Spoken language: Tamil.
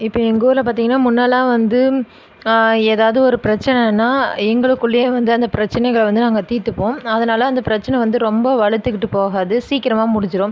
இப்போ எங்கள் ஊரில் பார்த்திங்கன்னா முன்னலாம் வந்து எதாவது ஒரு பிரச்சனன்னா எங்களுக்குள்ளே வந்து அந்த பிரச்சனைகளை வந்து அதை தீர்த்துப்போம் அதனால் அந்த பிரச்சனை வந்து ரொம்ப வளர்த்துக்குட்டு போகாது சீக்கிரமாக முடிஞ்சிவிடும்